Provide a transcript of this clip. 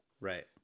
right